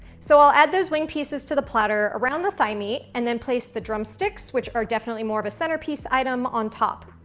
so i'll add those wing pieces to the platter around the thigh meat, and then placed the drumsticks, which are definitely more of a centerpiece item, on top.